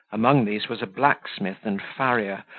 among these was a blacksmith and farrier,